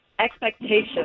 expectations